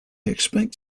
expect